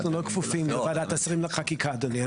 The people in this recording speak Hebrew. אנחנו לא כפופים לוועדת השרים לחקיקה, אדוני.